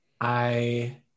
I-